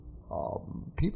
people